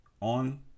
on